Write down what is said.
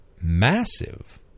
massive